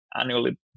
annually